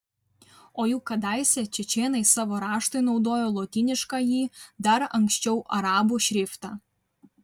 o juk kadaise čečėnai savo raštui naudojo lotyniškąjį dar anksčiau arabų šriftą